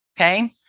Okay